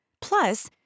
Plus